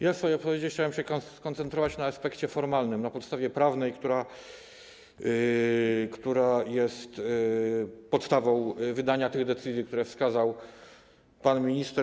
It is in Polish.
Ja w swojej wypowiedzi chciałbym się skoncentrować na aspekcie formalnym, na podstawie prawnej, która jest podstawą wydania tych decyzji, które wskazał pan minister.